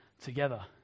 together